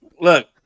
Look